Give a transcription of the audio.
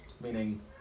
meaning